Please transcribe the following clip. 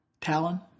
Talon